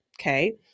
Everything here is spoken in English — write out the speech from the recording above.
Okay